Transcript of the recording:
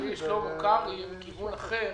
לחברי שלמה קרעי, רק מכיוון אחר.